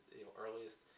earliest